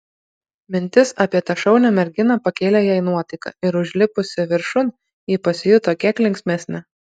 mintis apie tą šaunią merginą pakėlė jai nuotaiką ir užlipusi viršun ji pasijuto kiek linksmesnė